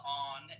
on